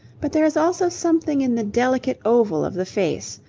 but there is also something in the delicate oval of the face,